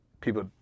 people